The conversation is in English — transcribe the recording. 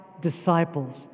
disciples